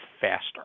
faster